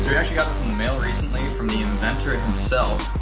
actually got this in the mail recently from the inventor himself